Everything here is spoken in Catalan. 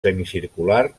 semicircular